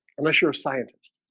unless you're a scientist